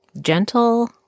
gentle